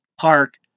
Park